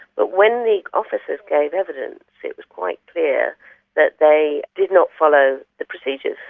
but when the officers gave evidence it was quite clear that they did not follow the procedures.